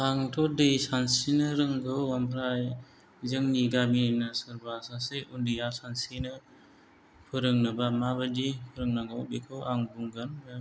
आंथ' दै सानस्रिनो रोंगौ आमफाय जोंनि गामि ना सोरबा सानसे उन्दैया सानस्रिनो फोरोंनोब्ला माबायदि रोंनांगौ बेखौ आं बुंगोन